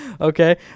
Okay